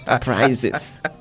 Prizes